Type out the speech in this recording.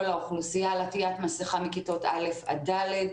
האוכלוסייה על הטיית מסכה מכיתות א' עד ד'.